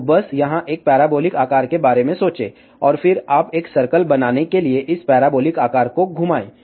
तो बस यहां एक पैराबोलिक आकार के बारे में सोचें और फिर आप एक सर्कल बनाने के लिए इस पैराबोलिक आकार को घुमाएं